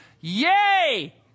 Yay